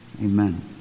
Amen